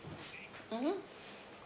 mmhmm